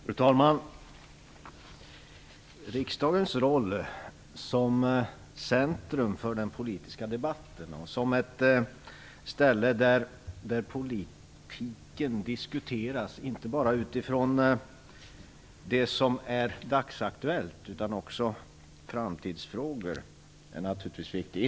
Fru talman! Riksdagens roll som centrum för den politiska debatten och som ett ställe där politiken diskuteras inte bara utifrån det som är dagsaktuellt utan också utifrån vad som är framtidsfrågor är naturligtvis viktigt.